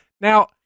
Now